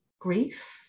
grief